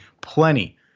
plenty